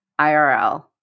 IRL